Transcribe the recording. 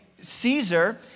Caesar